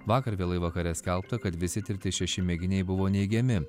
vakar vėlai vakare skelbta kad visi tirti šeši mėginiai buvo neigiami